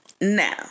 now